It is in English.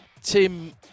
Tim